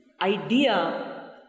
idea